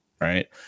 right